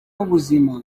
w’ubuzima